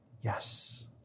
Yes